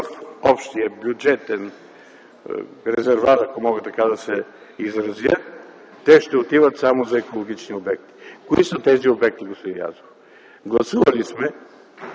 общия бюджетен резервоар – ако мога така да се изразя – те ще отиват само за екологични обекти. Кои са тези обекти, господин Язов? Гласували сме